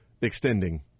extending